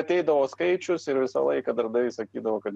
ateidavo skaičius ir visą laiką darbdaviai sakydavo kad